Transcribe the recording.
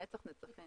לנצח נצחים.